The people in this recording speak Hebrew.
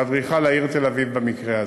ואדריכל העיר תל-אביב, במקרה הזה.